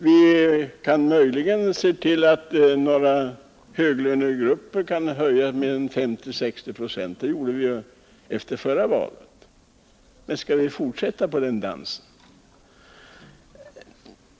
Vi kan möjligen få se att några höglönegrupper får en höjning på 50 å 60 procent, det gjorde vi ju efter det förra valet, men skall vi verkligen fortsätta med den dansen och vad fick de lågavlönade?